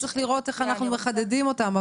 שצריך לראות איך אנחנו מחדדים אותם,